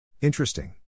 Interesting